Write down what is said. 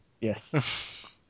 Yes